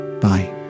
Bye